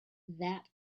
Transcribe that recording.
that